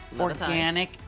Organic